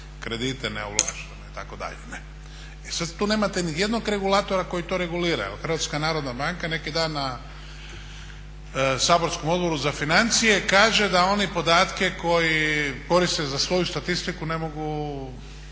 kredite neovlaštene itd. E sad tu nemate nijednog regulatora koji to regulira. HNB neki dan na saborskom Odboru za financije kaže da oni podatke koje koriste za svoju statistiku ne mogu